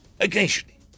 Occasionally